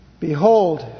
Behold